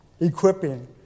equipping